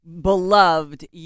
beloved